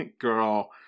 girl